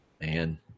Man